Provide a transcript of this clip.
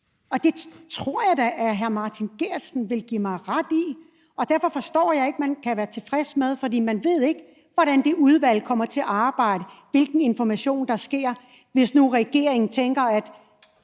Og det tror jeg da at hr. Martin Geertsen vil give mig ret i. Derfor forstår jeg ikke, at man kan være tilfreds, for man ved ikke, hvordan det udvalg kommer til at arbejde, hvilken information der kommer, hvis nu regeringen bare